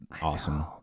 awesome